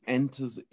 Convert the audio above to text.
enters